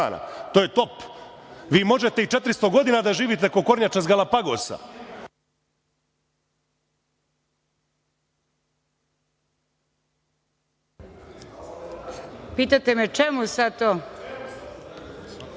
To je top! Vi možete i 400 godina da živite, kao kornjača sa Galapagosa. Čemu sad to?